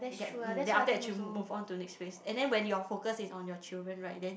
get~ mm then after that ch~ move on to next phase and then when your focus is on your children right then